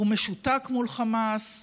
הוא משותק מול חמאס.